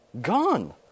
Gone